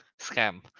scam